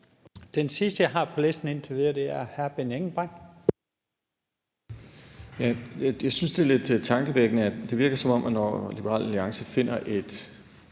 Den sidste, jeg har på listen indtil videre, er hr. Benny Engelbrecht.